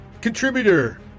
Contributor